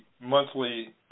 monthly